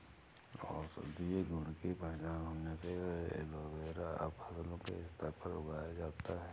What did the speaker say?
औषधीय गुण की पहचान होने से एलोवेरा अब फसलों के स्तर पर उगाया जाता है